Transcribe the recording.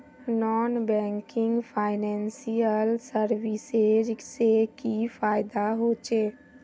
Non banking financial services से की फायदा होचे?